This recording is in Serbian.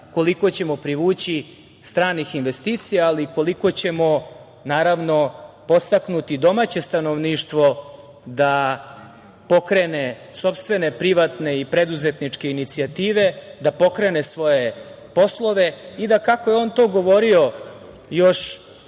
koliko ćemo privući stranih investicija, ali i koliko ćemo podstaknuti domaće stanovništvo da pokrene sopstvene privatne i preduzetničke inicijative, da pokrene svoje poslove i da, kako je on to govorio još